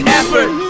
effort